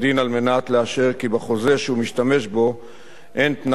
לאשר כי בחוזה שהוא משתמש בו אין תנאי מקפח.